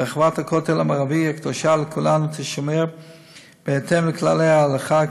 ורחבת הכותל המערבי הקדושה לכולנו תישמר בהתאם לכללי ההלכה,